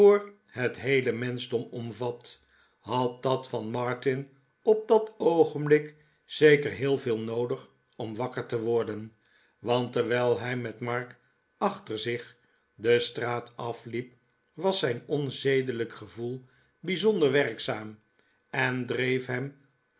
het heele menschdom omvat had dat van martin op dat oogenblik zeker heel veel noodig om wakker te worden want terwijl hij met mark achter zich de straat afliep was zijn onzedelijk gevoel bijzonder werkzaam en dreef hem